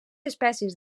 espècies